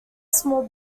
small